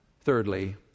Thirdly